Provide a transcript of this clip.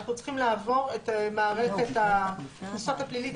אנחנו צריכים לעבור את מערכת הסף הפלילי.